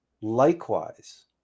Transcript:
likewise